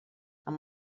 amb